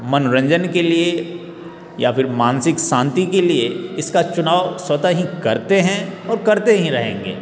मनोरंजन के लिए या फिर मानसिक शांति के लिए इसका चुनाव स्वतः ही करते हैं और करते ही रहेंगे